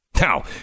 Now